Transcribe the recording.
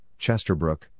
Chesterbrook